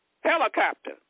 Helicopter